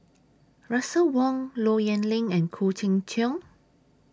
Russel Wong Low Yen Ling and Khoo Cheng Tiong